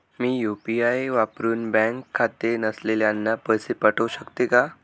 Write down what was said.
मी UPI वापरुन bank खाते नसलेल्यांना पैसे पाठवू शकते का?